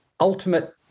ultimate